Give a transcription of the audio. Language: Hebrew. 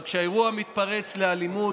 אבל כשהאירוע מתפרץ לאלימות,